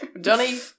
Johnny